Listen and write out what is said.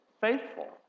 faithful